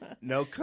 No